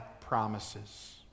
promises